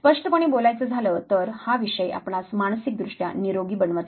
स्पष्टपणे बोलायच झालं तर हा विषय आपणास मानसिक दृष्ट्या निरोगी बनवीत नाही